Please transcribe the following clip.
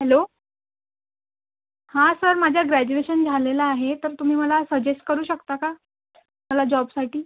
hello हां sir माझा graduation झालेलं आहे तर तुम्ही मला सजेस्ट करू शकता का मला जॉबसाठी